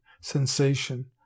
sensation